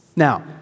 Now